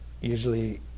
Usually